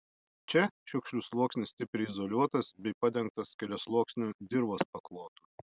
čia šiukšlių sluoksnis stipriai izoliuotas bei padengtas keliasluoksniu dirvos paklotu